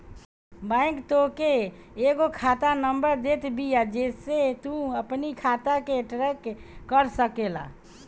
bank तोहके एगो खाता नंबर देत बिया जेसे तू अपनी खाता के ट्रैक कर सकेला